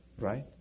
Right